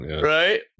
right